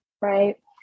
right